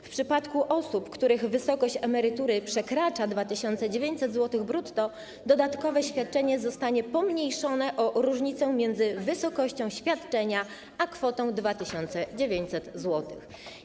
W przypadku osób, których wysokość emerytury przekracza 2900 zł brutto, dodatkowe świadczenie zostanie pomniejszone o różnicę między wysokością świadczenia a kwotą 2900 zł.